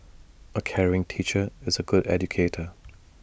A caring teacher is A good educator